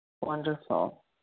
wonderful